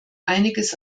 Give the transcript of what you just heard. einiges